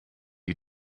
you